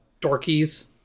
dorkies